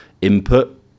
input